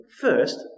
First